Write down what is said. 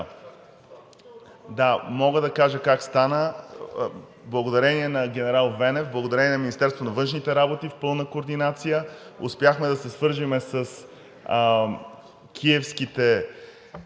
Да, мога да кажа как стана. Благодарение на генерал Венев, благодарение на Министерството на външните работи в пълна координация, успяхме да се свържем с киевските